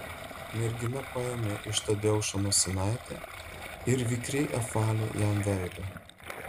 mergina paėmė iš tadeušo nosinaitę ir vikriai apvalė jam veidą